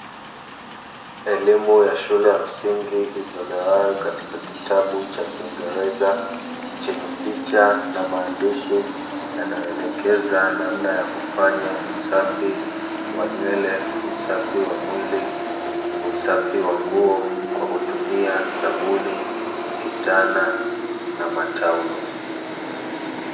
Elimu ya shule ya msingi itolewayo katika kitabu cha kingereza, chenye picha na maandishi yanayoelekeza namna ya kufanya usafi wa nywele, usafi wa mwili, usafi wa nguo kwa kutumia sabuni, kitana na mataulo.